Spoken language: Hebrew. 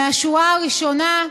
מהשורה הראשונה,